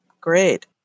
great